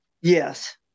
yes